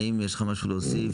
האם יש לך משהו להוסיף?